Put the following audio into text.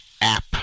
app